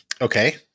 Okay